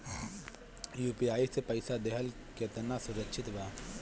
UPI से पईसा देहल केतना सुरक्षित बा?